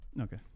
Okay